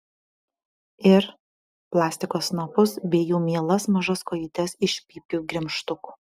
ir plastiko snapus bei jų mielas mažas kojytes iš pypkių gremžtukų